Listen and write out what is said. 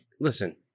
listen